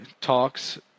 talks